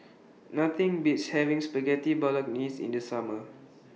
Nothing Beats having Spaghetti Bolognese in The Summer